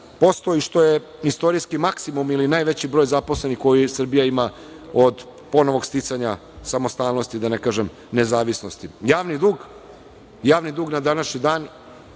i što je istorijski maksimum ili najveći broj zaposlenih koji Srbija ima od ponovnog sticanja samostalnosti, da ne kažem nezavisnosti. Javni dug na današnji dan